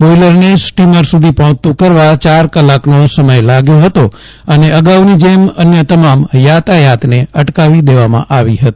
બોઇલરને steamer સુધી પહોંચતું કરવા ચાર કલાકનો સમય લાગ્યો હતો અને અગાઉની જેમ અન્ય તમામ યાતાયાતને અટકાવી દેવામાં આવી હતી